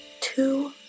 two